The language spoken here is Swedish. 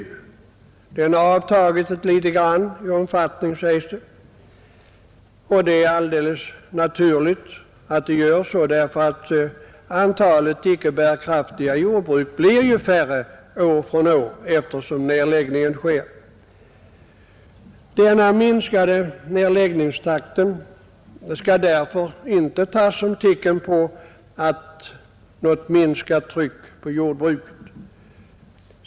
Den har avtagit litet i omfattning, sägs det, och det är alldeles naturligt därför att antalet icke bärkraftiga jordbruk blir mindre år från år allteftersom nedläggningen sker.